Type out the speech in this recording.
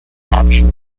optioned